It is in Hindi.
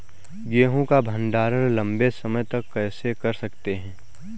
गेहूँ का भण्डारण लंबे समय तक कैसे कर सकते हैं?